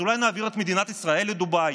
אז אולי נעביר את מדינת ישראל לדובאי?